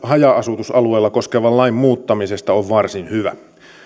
haja asutusalueella koskevan lain muuttamisesta on varsin hyvä